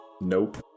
Nope